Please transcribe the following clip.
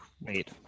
Wait